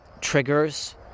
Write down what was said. triggers